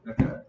Okay